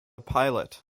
pilot